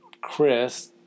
Chris